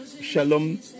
Shalom